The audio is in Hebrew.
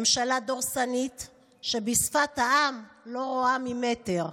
ממשלה דורסנית שבשפת העם לא רואה ממטר,